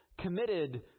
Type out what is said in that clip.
committed